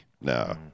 No